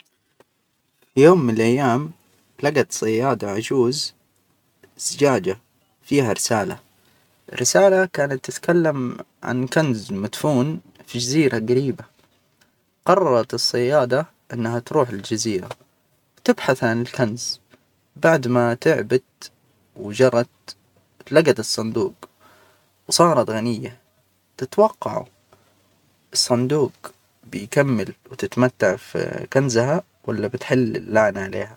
في يوم من الأيام لجت صياده عجوز.، زجاجة فيها رسالة، الرسالة كانت تتكلم عن كنز مدفون في جزيرة جريبة، قررت الصيادة أنها تروح الجزيرة وتبحث عن الكنز بعد ما تعبت، وجرت. اتلجت الصندوق وصارت غنية، تتوقعوا، الصندوق بيكمل وتتمتع في كنزها؟ ولا بتحل اللعنة عليها؟